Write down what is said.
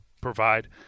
provide